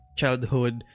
childhood